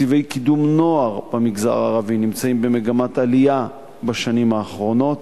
תקציבי קידום נוער במגזר הערבי נמצאים במגמת עלייה בשנים האחרונות,